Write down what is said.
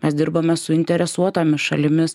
mes dirbame su interesuotomis šalimis